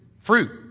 Fruit